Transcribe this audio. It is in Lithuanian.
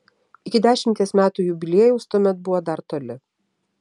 iki dešimties metų jubiliejaus tuomet buvo dar toli